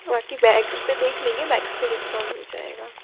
बाक़ी बैग्स पर देख लेंगे बैग्स पर डिस्काउंट हो जाएगा